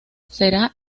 será